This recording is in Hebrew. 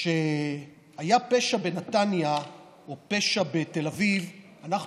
כשהיה פשע בנתניה או פשע בתל אביב אנחנו